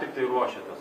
tiktai ruošiatės